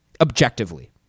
objectively